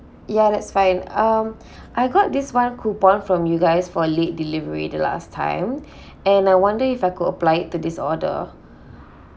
ya that's fine um I got this one coupon from you guys for late delivery the last time and I wonder if I could apply it to this order